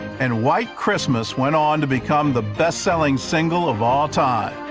and white christmas went on to become the best selling single of all time.